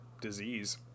disease